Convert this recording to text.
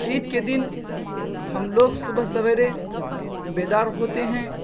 عید کے دن ہم لوگ صبح سویرے بیدار ہوتے ہیں